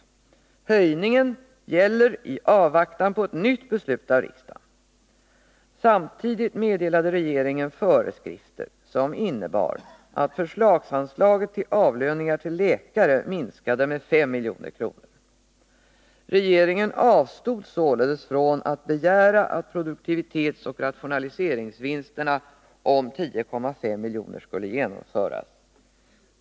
Höjningen gäller i avvaktan på ett nytt beslut av riksdagen. Samtidigt meddelade regeringen föreskrifter, som innebar att förslagsanslaget till avlöningar till läkare minskade med 5 milj.kr. Regeringen avstod således från att begära att produktivitetsoch rationaliseringsvinsterna om 10,5 milj.kr. skulle genomföras.